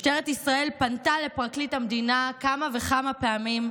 משטרת ישראל פנתה לפרקליט המדינה כמה וכמה פעמים,